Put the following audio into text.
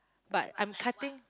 but I'm cutting